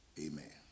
amen